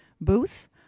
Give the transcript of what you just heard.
booth